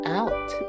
out